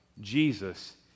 Jesus